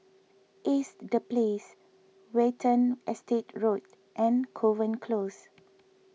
Ace the Place Watten Estate Road and Kovan Close